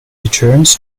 returns